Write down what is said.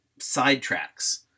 sidetracks